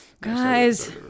Guys